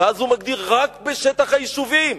ואז הוא מגדיר: רק בשטח היישובים.